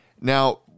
Now